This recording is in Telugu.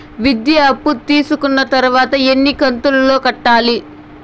విద్య అప్పు తీసుకున్న తర్వాత ఎన్ని కంతుల లో కట్టాలి?